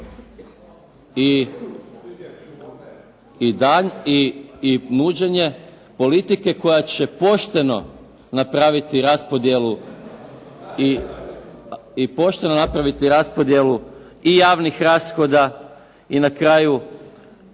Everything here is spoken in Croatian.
vlasti i nuđenje politike koja će pošteno napraviti raspodjelu i javnih rashoda i na kraju